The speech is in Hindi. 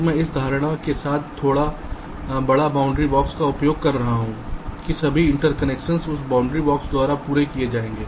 और मैं इस धारणा के साथ थोड़ा बड़ा बाउंडिंग बॉक्स का उपयोग कर रहा हूं कि सभी इंटरकनेक्शन्स इस बाउंडिंग बॉक्स द्वारा पूरे किए जाएंगे